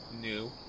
new